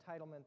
entitlement